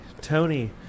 Tony